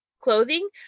clothing